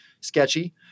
sketchy